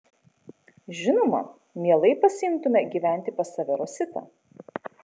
žinoma mielai pasiimtume gyventi pas save rositą